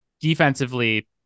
defensively